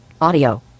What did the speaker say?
audio